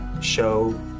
show